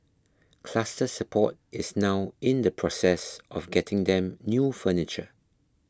Cluster Support is now in the process of getting them new furniture